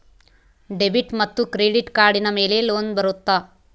Debit ಮತ್ತು credit ಕಾರ್ಡಿನ ಮೇಲೆ ಲೋನ್ ಬರುತ್ತಾ?